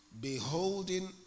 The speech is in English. beholding